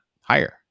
higher